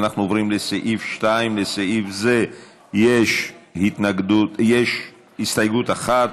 אנחנו עוברים לסעיף 2. לסעיף זה יש הסתייגות אחת.